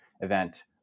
event